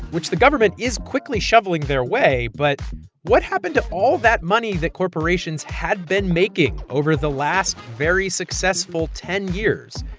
which the government is quickly shoveling their way. but what happened to all that money that corporations had been making over the last very successful ten years?